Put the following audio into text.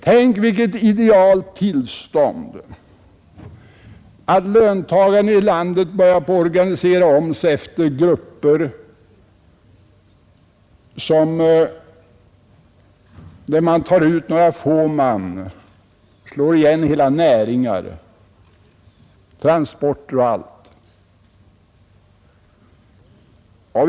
Tänk vilket idealt tillstånd att löntagarna här i landet börjar organisera om sig efter grupper, så att man kan ta ut några få man och därmed slå igen hela näringar, hela transportväsendet och mycket annat!